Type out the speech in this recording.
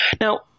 Now